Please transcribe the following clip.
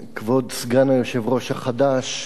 כבוד סגן היושב-ראש החדש,